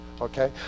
Okay